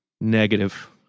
Negative